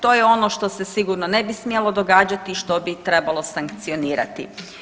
To je ono što se sigurno ne bi smjelo događati i što bi trebalo sankcionirati.